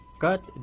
cut